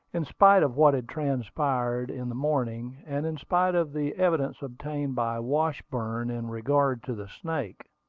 in spite of what had transpired in the morning, and in spite of the evidence obtained by washburn in regard to the snake,